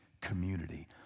community